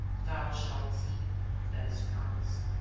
thou shalt see him that is promised,